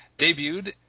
Debuted